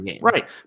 right